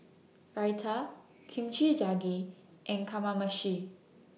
Raita Kimchi Jjigae and Kamameshi